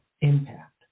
impact